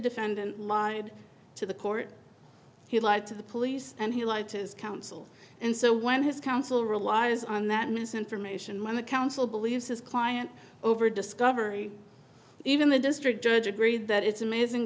defendant lied to the court he lied to the police and he lied to his counsel and so when his counsel relies on that misinformation when the counsel believes his client over discovery even the district judge agreed that it's amazing